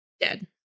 Dead